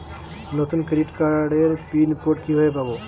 নতুন ক্রেডিট কার্ডের pin code কিভাবে পাব?